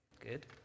good